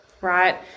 Right